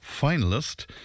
finalist